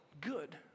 good